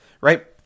right